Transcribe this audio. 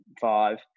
five